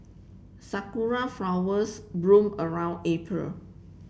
sakura flowers bloom around April